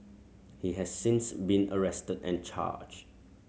he has since been arrested and charged